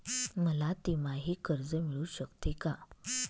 मला तिमाही कर्ज मिळू शकते का?